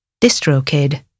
DistroKid